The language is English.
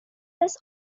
was